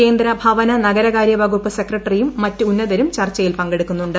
കേന്ദ്ര ഭവന നഗരകാര്യവകുപ്പ് സെക്രട്ടറിയിട്ട് മറ്റ് ഉന്നതരും ചർച്ചയിൽ പങ്കെടുക്കുന്നുണ്ട്